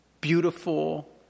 beautiful